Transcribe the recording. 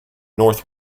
north